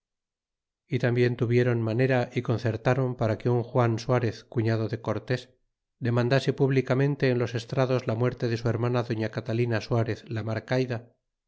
y tambien tuvieron manera y concertron para que un juan suarez cuñado de cortés demandase públicamente en los estrados la muerte de su hermana doña catalina suarez la marcaida